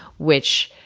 which